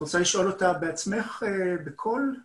רוצה לשאול אותה בעצמך בקול?